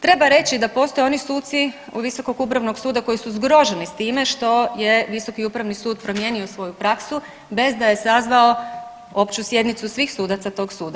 Treba reći da postoje oni suci visokog upravnog suda koji su zgroženi s time što je visoki upravni sud promijenio svoju praksu bez da je sazvao opću sjednicu svih sudaca tog suda.